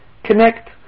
Connect